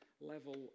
level